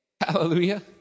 Hallelujah